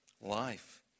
life